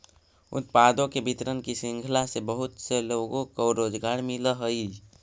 उत्पादों के वितरण की श्रृंखला से बहुत से लोगों को रोजगार मिलअ हई